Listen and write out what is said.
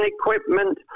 equipment